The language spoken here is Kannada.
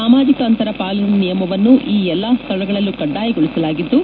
ಸಾಮಾಜಕ ಅಂತರ ಪಾಲನೆ ನಿಯಮವನ್ನು ಈ ಎಲ್ಲಾ ಸ್ವಳಗಳಲ್ಲೂ ಕಡ್ಡಾಯಗೊಳಸಲಾಗಿದ್ದು